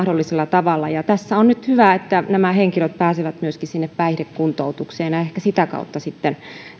tavalla tässä on nyt hyvä että nämä henkilöt pääsevät myöskin päihdekuntoutukseen ja ehkä sitä kautta sitten